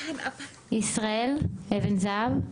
ישראל אבן זהב.